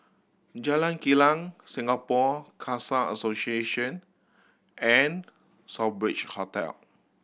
Jalan Kilang Singapore Khalsa Association and Southbridge Hotel